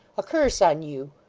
a curse on you!